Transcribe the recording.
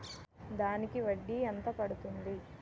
దానికి వడ్డీ ఎంత పడుతుంది?